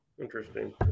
Interesting